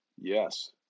Yes